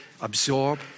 absorb